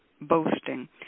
boasting